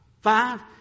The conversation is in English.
Five